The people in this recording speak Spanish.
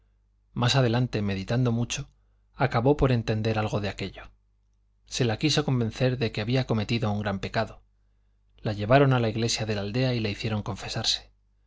más adelante meditando mucho acabó por entender algo de aquello se la quiso convencer de que había cometido un gran pecado la llevaron a la iglesia de la aldea y la hicieron confesarse